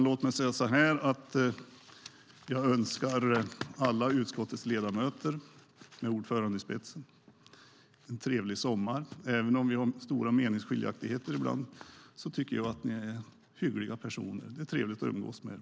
Låt mig säga att jag önskar alla utskottets ledamöter med ordföranden i spetsen en trevlig sommar. Även om vi har stora meningsskiljaktigheter ibland tycker jag att ni är hyggliga personer och att det är trevligt att umgås med er.